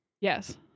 Yes